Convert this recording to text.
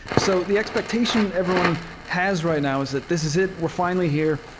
so the expectation everyone has right now is that this is it. we're finally here.